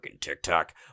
TikTok